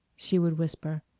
she would whisper.